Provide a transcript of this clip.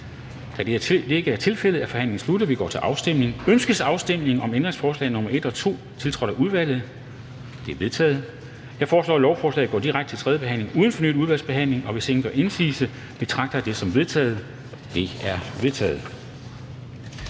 Kl. 13:24 Afstemning Formanden (Henrik Dam Kristensen): Ønskes afstemning om ændringsforslag nr. 1, tiltrådt af udvalget? Det er vedtaget. Jeg foreslår, at lovforslaget går direkte til tredje behandling uden fornyet udvalgsbehandling, og hvis ingen gør indsigelse, betragter jeg det som vedtaget. Det er vedtaget.